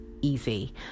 easy